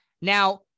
Now